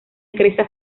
cresta